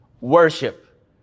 Worship